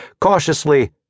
Cautiously